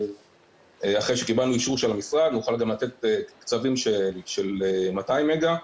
אחרי שקיבלנו אישור של המשרד נוכל לתת גם קצבים של 200 מגה.